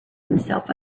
himself